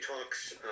talks